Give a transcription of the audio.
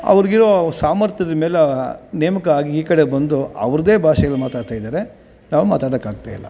ಅವ್ರಿಗೆ ಅವ್ರ ಸಾಮರ್ಥ್ಯದ ಮೇಲೆ ನೇಮಕ ಆಗಿ ಈ ಕಡೆ ಬಂದು ಅವ್ರದ್ದೇ ಭಾಷೆಗಳು ಮಾತಾಡ್ತಾಯಿದ್ದಾರೆ ನಾವು ಮಾತಾಡಕ್ಕೆ ಆಗ್ತಾಯಿಲ್ಲ